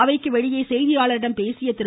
அவைக்கு வெளியே செய்தியாளர்களிடம் பேசிய திரு